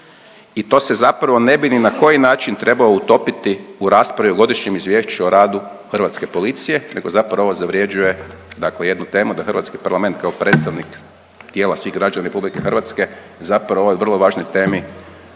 i to se zapravo ne bi ni na koji način trebao utopiti u raspravi o Godišnjem izvješću o radu hrvatske policije nego zapravo ovo zavrjeđuje dakle jednu temu da hrvatski parlament kao predstavnik tijela svih građana RH zapravo o ovoj vrlo važnoj temi